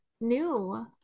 new